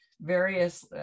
various